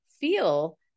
feel